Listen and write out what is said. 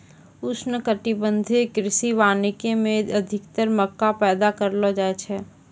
उष्णकटिबंधीय कृषि वानिकी मे अधिक्तर मक्का पैदा करलो जाय छै